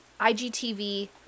igtv